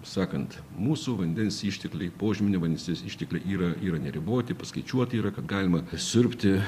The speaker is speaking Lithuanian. sakant mūsų vandens ištekliai požeminio vandens ištekliai yra yra neriboti paskaičiuoti yra kad galima siurbti